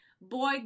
boy